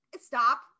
Stop